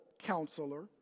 counselor